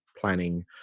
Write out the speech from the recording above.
planning